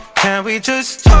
can we just